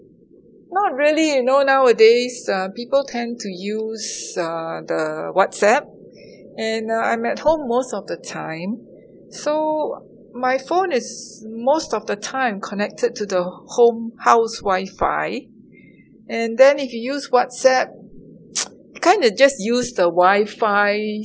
not really you know nowadays uh people tend to use uh the whatsapp and uh I'm at home most of the time so my phone is most of the time connected to the home house wi-fi and then if you use whatsapp kind of just use the wi-fi